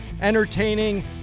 entertaining